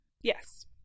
yes